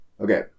Okay